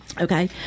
Okay